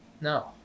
no